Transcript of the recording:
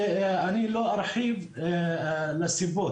ואני לא ארחיב לסיבות.